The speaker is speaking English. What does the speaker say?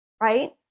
Right